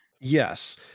Yes